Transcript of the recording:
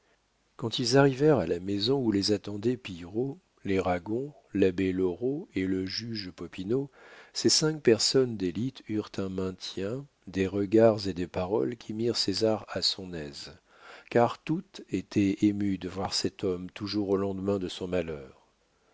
quand ils arrivèrent à la maison où les attendaient pillerault les ragon l'abbé loraux et le juge popinot ces cinq personnes d'élite eurent un maintien des regards et des paroles qui mirent césar à son aise car toutes étaient émues de voir cet homme toujours au lendemain de son malheur